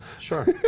Sure